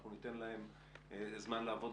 אנחנו ניתן להן זמן לעבוד.